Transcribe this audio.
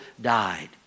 died